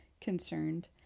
concerned